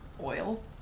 oil